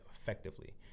effectively